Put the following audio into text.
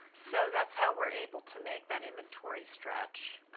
so that's how we're able to make that inventory stretch.